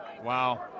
Wow